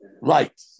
Right